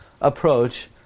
approach